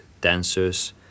dancers